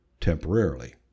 temporarily